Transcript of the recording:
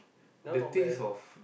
that one not bad eh